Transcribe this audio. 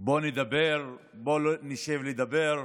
בואו נדבר, בואו נשב לדבר,